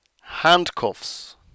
handcuffs